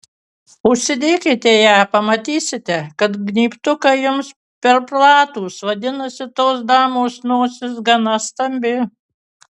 užsidėkite ją ir pamatysite kad gnybtukai jums per platūs vadinasi tos damos nosis gana stambi